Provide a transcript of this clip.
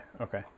okay